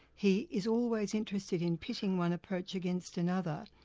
he is always interested in pitting one approach against another,